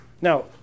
Now